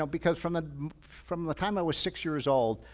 um because from the from the time i was six years old,